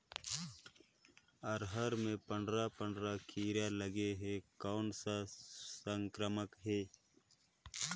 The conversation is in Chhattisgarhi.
अरहर मे पंडरा पंडरा कीरा लगे हे कौन सा संक्रमण हे?